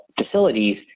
facilities